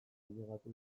ailegatu